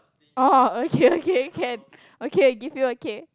orh okay okay can okay give you okay